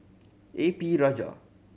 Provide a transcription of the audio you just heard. A P Rajah